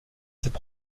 cette